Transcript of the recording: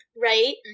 right